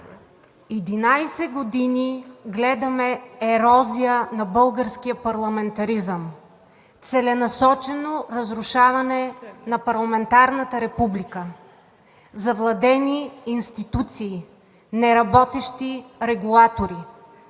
11 години гледаме ерозия на българския парламентаризъм, целенасочено разрушаване на парламентарната република, завладени институции, неработещи регулатори.